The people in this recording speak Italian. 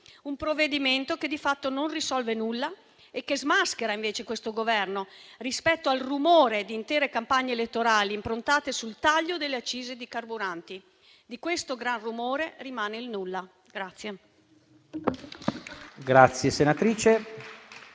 carburanti e di fatto non risolve nulla, ma smaschera invece questo Governo rispetto al rumore di intere campagne elettorali improntate sul taglio delle accise dei carburanti. Di questo gran rumore rimane il nulla.